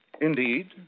Indeed